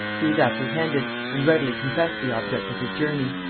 he was apprehended, and readily confessed the object of his journey.